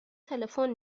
تلفن